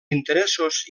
interessos